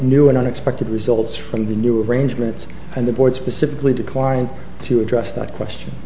new and unexpected results from the new arrangements and the board specifically declined to address that question